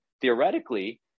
theoretically